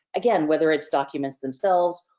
again whether it's documents themselves,